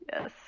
Yes